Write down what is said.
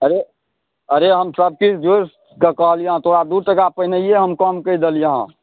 अरे अरे हम सब किछु जोड़िकऽ कहलिअऽ हँ तोरा दू टका पहिलहिए हम कम कऽ देलिअऽ हँ